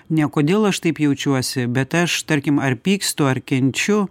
ne kodėl aš taip jaučiuosi bet aš tarkim ar pykstu ar kenčiu